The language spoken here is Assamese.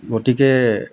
গতিকে